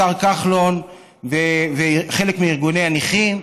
השר כחלון וחלק מארגוני הנכים,